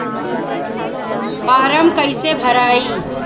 Form कईसे भराई?